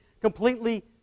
completely